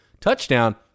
TOUCHDOWN